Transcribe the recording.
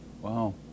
Wow